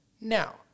Now